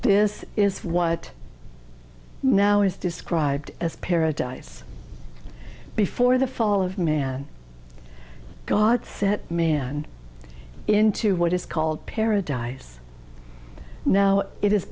this is what now is described as paradise before the fall of man god set man into what is called paradise now it is